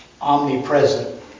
omnipresent